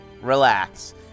relax